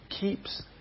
keeps